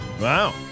Wow